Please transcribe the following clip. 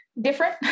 different